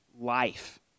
life